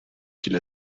qu’il